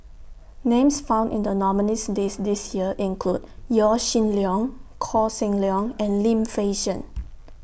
Names found in The nominees' list This Year include Yaw Shin Leong Koh Seng Leong and Lim Fei Shen